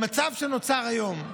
במצב שנוצר היום,